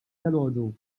dalgħodu